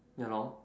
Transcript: ya